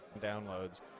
downloads